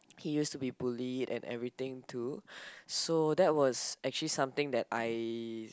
he used to be bullied and everything too so that was actually something that I